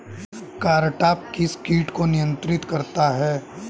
Cartap किस किट को नियंत्रित करती है?